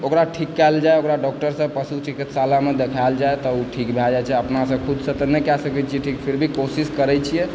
ओकरा ठीक कैल जाय ओकरा डॉक्टरसँ पशु चिकित्सालयमे देखाओल जाय तऽ ओ ठीक भै जाइ छै अपनासँ खुदसँ तऽ नहि कए सकै छियै ठीक फिर भी कोशिश करै छियै